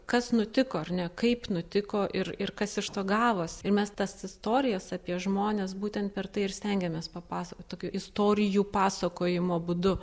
kas nutiko ar ne kaip nutiko ir ir kas iš to gavos ir mes tas istorijas apie žmones būtent per tai ir stengiamės papasakot tokių istorijų pasakojimo būdu